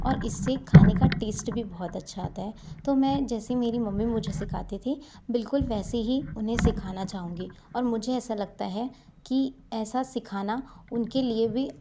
और इससे खाने का टेस्ट भी बहुत अच्छा आता है तो मैं जैसी मेरी मम्मी मुझे सिखाती थीं बिल्कुल वैसे ही उन्हें सीखाना चाहूंगी और मुझे ऐसा लगता है की ऐसा सिखाना उनके लिए भी